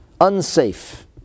unsafe